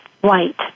white